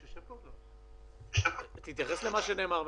אפשר לקצר את זה וצריך לקצר את זה לפחות לעשרים יום,